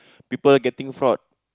people getting fraud